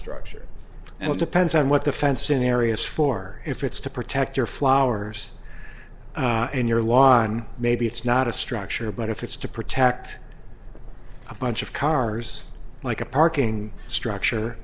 structure and it depends on what the fencing areas for if it's to protect your flowers in your lawn maybe it's not a structure but if it's to protect a bunch of cars like a parking structure